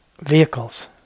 vehicles